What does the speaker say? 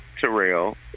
Terrell